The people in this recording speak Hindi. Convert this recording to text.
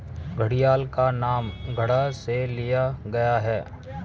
घड़ियाल का नाम घड़ा से लिया गया है